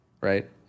right